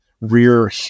rear